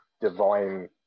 divine